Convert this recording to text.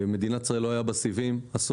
במדינת ישראל במשך עשור לא היו סיבים אופטיים,